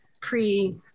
pre